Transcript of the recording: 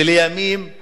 לימים הוא